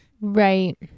Right